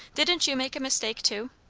didn't you make a mistake too?